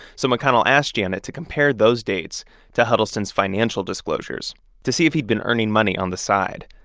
so mcconnell asked janet to compare those dates to huddleston's financial disclosures to see if he'd been earning money on the side,